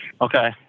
Okay